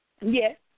Yes